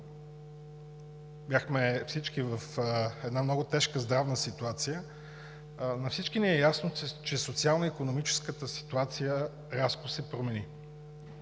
бяхме в една много тежка здравна ситуация, на всички ни е ясно, че социално-икономическата ситуация рязко се промени.